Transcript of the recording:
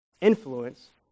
influence